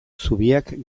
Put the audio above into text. zubiak